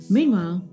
Meanwhile